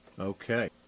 Okay